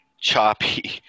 choppy